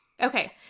Okay